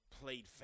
played